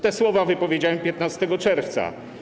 Te słowa wypowiedziałem 15 czerwca.